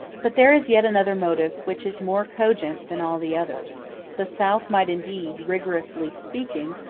but there is yet another motive which is more cogent than all the others the south might indeed, rigorously speaking,